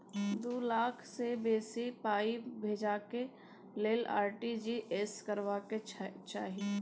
दु लाख सँ बेसी पाइ भेजबाक लेल आर.टी.जी एस करबाक चाही